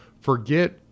forget